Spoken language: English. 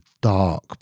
dark